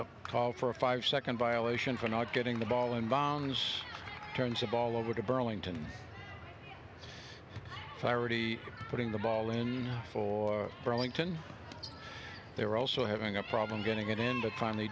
a call for a five second violation for not getting the ball and bonds turns the ball over to burlington clarity putting the ball in for burlington they're also having a problem getting it in the time they